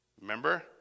Remember